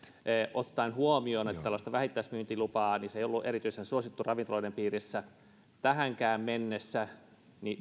ottaen huomioon että tällainen vähittäismyyntilupa ei ole ollut erityisen suosittu ravintoloiden piirissä tähänkään mennessä